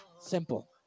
Simple